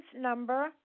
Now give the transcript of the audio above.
number